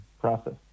process